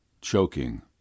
choking